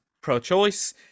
pro-choice